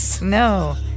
No